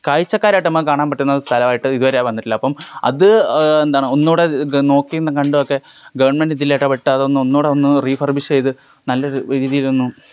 കാഴ്ചക്കാരായിട്ട് നമുക്ക് കാണാൻ പറ്റുന്ന സ്ഥലമായിട്ട് ഇതുവരെ വന്നിട്ടില്ല അപ്പോള് അത് എന്താണ് ഒന്നുകൂടെ നോക്കിയും കണ്ടും ഒക്കെ ഗവൺമെൻ്റ് ഇതിൽ ഇടപെട്ട് അതോന്നുകൂടെ ഒന്ന് റീഫർബിഷ് ചെയ്തു നല്ലൊരു രീതിയിലൊന്നും